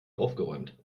aufgeräumt